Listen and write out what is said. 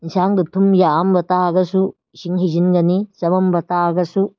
ꯏꯟꯁꯥꯡꯗꯨ ꯊꯨꯝ ꯌꯥꯛꯑꯝꯕ ꯇꯥꯔꯒꯁꯨ ꯏꯁꯤꯡ ꯍꯩꯖꯤꯟꯒꯅꯤ ꯆꯝꯃꯝꯕ ꯇꯥꯔꯒꯁꯨ